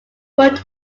but